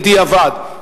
בדיעבד.